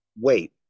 Wait